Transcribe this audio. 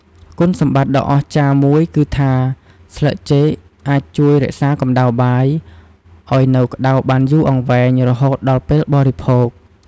គុណសម្បត្តិដ៏អស្ចារ្យមួយគឺថា ស្លឹកចេកអាចជួយ រក្សាកម្តៅបាយ ឱ្យនៅក្តៅបានយូរអង្វែង រហូតដល់ពេលបរិភោគ។